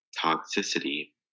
toxicity